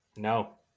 No